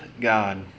God